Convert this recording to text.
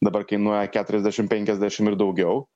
dabar kainuoja keturiasdešim penkiasdešim ir daugiau